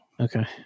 Okay